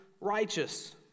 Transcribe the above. righteous